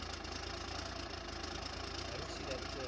staff time. i don't see that,